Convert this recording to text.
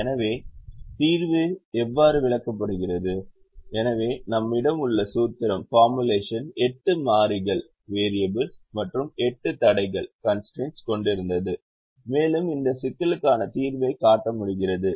எனவே தீர்வு எவ்வாறு விளக்கப்படுகிறது எனவே நம்மிடம் உள்ள சூத்திரம் எட்டு மாறிகள் மற்றும் எட்டு தடைகளைக் கொண்டிருந்தது மேலும் இந்த சிக்கலுக்கான தீர்வைக் காட்ட முடிகிறது